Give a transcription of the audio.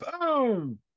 boom